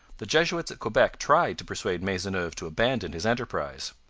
the jesuits at quebec tried to persuade maisonneuve to abandon his enterprise.